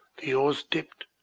the oars dipped,